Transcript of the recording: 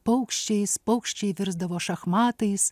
paukščiais paukščiai virsdavo šachmatais